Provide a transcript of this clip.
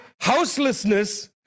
Houselessness